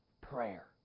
Prayer